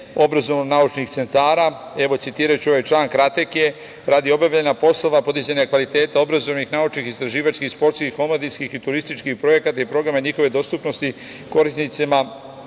obrazovno-naučih centara. Evo, citiraću ovaj član, kratak je: „Radi obavljanja poslova podizanja kvaliteta obrazovnih, naučnih, istraživačkih, sportskih, omladinskih i turističkih projekata i programa i njihove dostupnosti korisnicima,